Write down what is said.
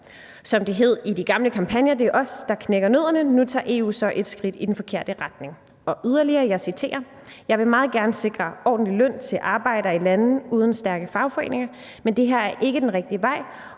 Som det hed i de gamle kampagner: Det er os selv, der knækker nødderne. Nu tager EU så et skridt i den retning«. Yderligere siger ministeren: »Jeg vil meget gerne sikre ordentlig løn til arbejdere i lande uden stærke fagforeninger, men det her er ikke den rigtige vej.